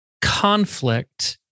conflict